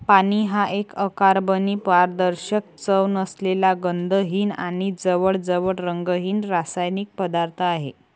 पाणी हा एक अकार्बनी, पारदर्शक, चव नसलेला, गंधहीन आणि जवळजवळ रंगहीन रासायनिक पदार्थ आहे